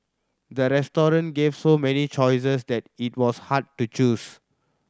the restaurant gave so many choices that it was hard to choose